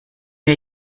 wir